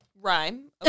Rhyme